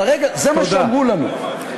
זה מה שאמרו לנו.